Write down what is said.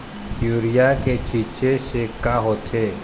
Urea के छींचे से का होथे?